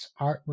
artwork